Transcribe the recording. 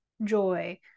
joy